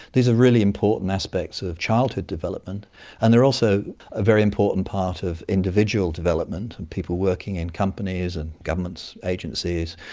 these are really important aspects of childhood development and they are also a very important part of individual development and people working in companies and government agencies,